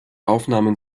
aufnahmen